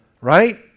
right